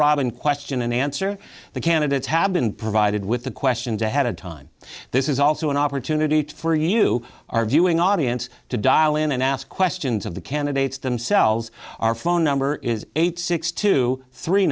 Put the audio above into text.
robin question and answer the candidates have been provided with the questions ahead of time this is also an opportunity for you our viewing audience to dial in and ask questions of the candidates themselves our phone number is eight six to three